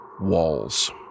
walls